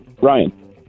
Ryan